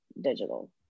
digital